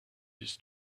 his